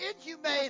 inhumane